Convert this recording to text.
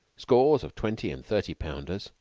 scores of twenty and thirty pounders,